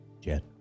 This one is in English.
Jet